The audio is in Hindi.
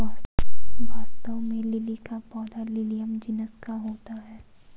वास्तव में लिली का पौधा लिलियम जिनस का होता है